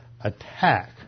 attack